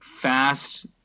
Fast